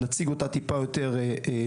נציג אותה טיפה יותר בפירוט.